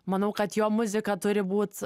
manau kad jo muzika turi būt